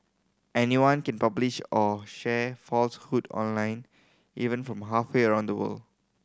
anyone can publish or share falsehood online even from halfway around the world